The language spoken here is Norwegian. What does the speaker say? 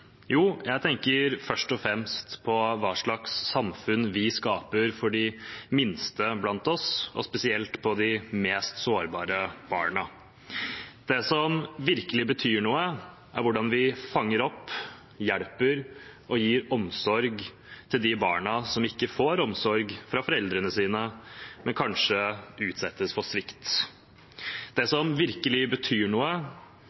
Jo, jeg tenker først og fremst på hva slags samfunn vi skaper for de minste blant oss, og spesielt de mest sårbare barna. Det som virkelig betyr noe, er hvordan vi fanger opp, hjelper og gir omsorg til de barna som ikke får omsorg fra foreldrene sine, men kanskje utsettes for svikt. Det som virkelig betyr noe,